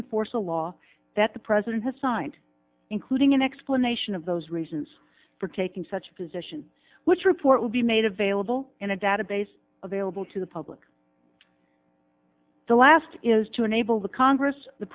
enforce a law that the president has signed including an explanation of those reasons for taking such a position which report will be made available in a database available to the public the last is to enable the congress the